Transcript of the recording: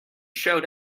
showed